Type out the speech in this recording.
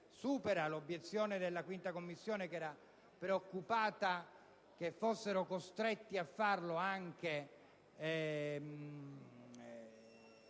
pertanto l'obiezione della 5a Commissione, che era preoccupata che fossero costretti a farlo anche